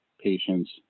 patients